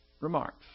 remarks